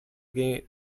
che